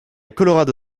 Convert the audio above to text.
colorado